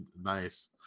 nice